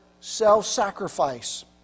self-sacrifice